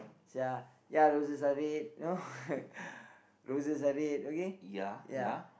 ya ya roses are red you know roses are red okay ya